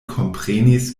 komprenis